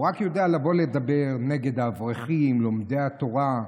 הוא רק יודע לבוא לדבר נגד האברכים לומדי התורה,